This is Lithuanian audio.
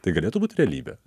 tai galėtų būt realybė